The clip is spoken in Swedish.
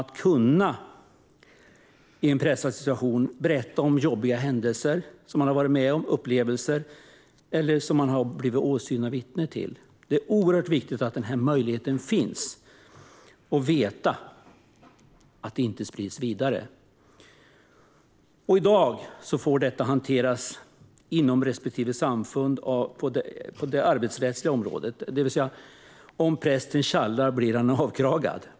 Man måste i en pressad situation kunna berätta om jobbiga händelser som man har varit med om eller som man har blivit åsyna vittne till. Det är oerhört viktigt att denna möjlighet finns och man ska kunna veta att det inte sprids vidare. I dag får detta hanteras utifrån det arbetsrättsliga området inom respektive samfund. Om prästen tjallar blir han avkragad.